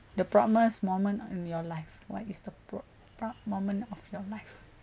the proudest moment in your life what is the pro~ proud moment of your life